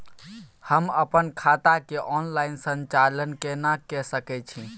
हम अपन खाता के ऑनलाइन संचालन केना के सकै छी?